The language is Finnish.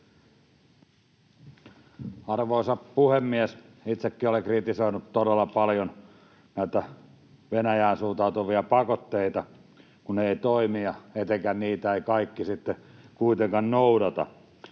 Arvoisa puhemies! Itsekin olen kritisoinut todella paljon Venäjään suuntautuvia pakotteita, kun ne eivät toimi ja etenkin kun niitä eivät kaikki sitten kuitenkaan noudata,